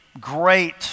great